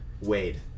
Wade